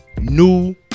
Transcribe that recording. new